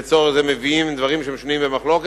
ולצורך זה מביאים דברים ששנויים במחלוקת,